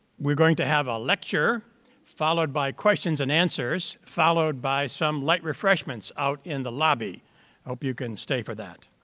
we're going to have a lecture followed by questions and answers, followed by some light refreshments out in the lobby. i hope you can stay for that.